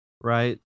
Right